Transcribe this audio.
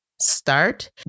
start